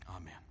Amen